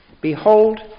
Behold